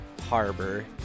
Harbor